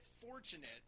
fortunate